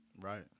Right